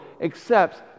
accepts